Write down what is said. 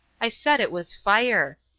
i said it was fire.